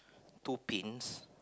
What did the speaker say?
two pins